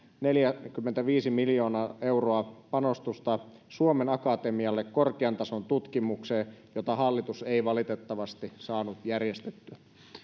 neljäkymmentäviisi miljoonaa euroa panostusta suomen akatemialle korkean tason tutkimukseen jota hallitus ei valitettavasti saanut järjestettyä